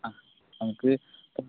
നമുക്ക്